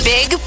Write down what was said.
Big